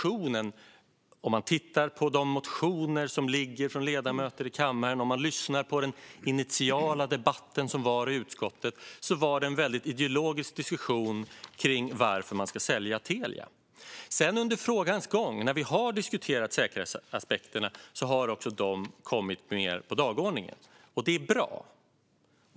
Om man tittar på motioner från ledamöter i kammaren och den initiala debatten i utskottet var det en väldigt ideologisk diskussion om varför man ska sälja Telia. När vi under frågans gång har diskuterat säkerhetsaspekterna har också de kommit mer på dagordningen. Det är bra.